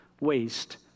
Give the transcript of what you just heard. waste